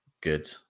good